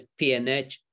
PNH